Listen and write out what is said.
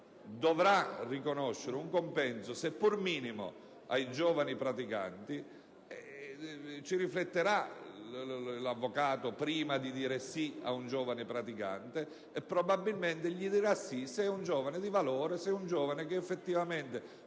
dovrà riconoscere un compenso, seppur minimo, ai giovani praticanti, l'avvocato rifletterà prima di dire sì ad un giovane praticante e probabilmente gli dirà sì se è un giovane di valore, se è un giovane che effettivamente